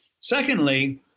Secondly